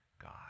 God